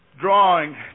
Drawing